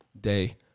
day